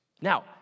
Now